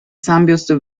zahnbürste